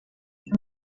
بود